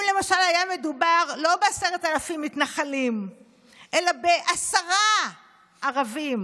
אם למשל היה מדובר לא ב-10,000 מתנחלים אלא בעשרה ערבים